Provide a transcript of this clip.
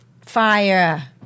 fire